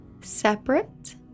separate